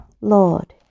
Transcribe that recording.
lord